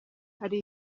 hari